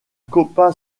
copa